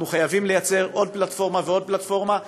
אנחנו חייבים לייצר עוד פלטפורמה ועוד פלטפורמה,